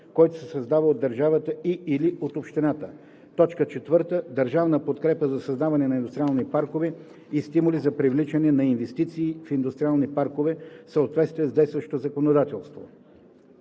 който се създава от държавата и/или от общината; 4. държавна подкрепа за създаване на индустриални паркове и стимули за привличане на инвестиции в индустриални паркове, в съответствие с действащото законодателство.“